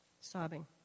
sobbing